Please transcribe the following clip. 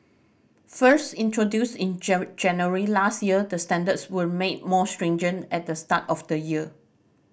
first introduced in January last year the standards were made more stringent at the start of the year